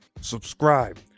subscribe